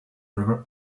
river